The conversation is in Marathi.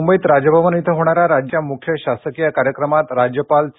मुंबईत राजभवन इथं होणाऱ्या राज्याच्या मुख्य शासकीय कार्यक्रमात राज्यपाल चे